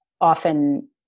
Often